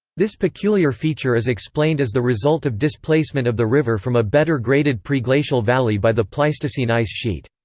this peculiar feature is explained as the result of displacement of the river from a better graded preglacial valley by the pleistocene ice sheet.